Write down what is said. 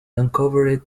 uncovered